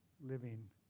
living